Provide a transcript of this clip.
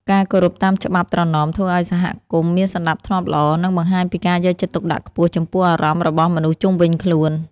ការគោរពតាមច្បាប់ត្រណមធ្វើឱ្យសហគមន៍មានសណ្តាប់ធ្នាប់ល្អ និងបង្ហាញពីការយកចិត្តទុកដាក់ខ្ពស់ចំពោះអារម្មណ៍របស់មនុស្សជុំវិញខ្លួន។